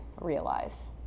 realize